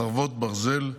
חרבות ברזל),